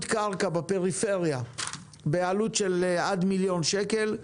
קרקע בפריפריה בעלות של עד מיליון שקל,